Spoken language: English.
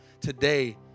today